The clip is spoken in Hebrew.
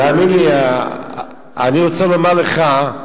תאמין לי, אני רוצה לומר לך: